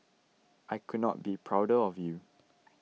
I could not be prouder of you